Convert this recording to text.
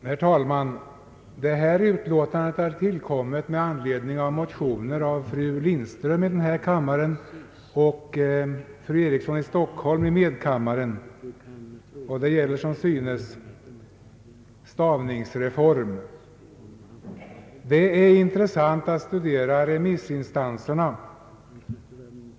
Herr talman! Detta utlåtande har tillkommit med anledning av motioner av fru Lindström m.fl. i denna kammare och fru Eriksson i Stockholm m.fl. i andra kammaren och gäller en stavningsreform. Det är intressant att studera remissyttrandena.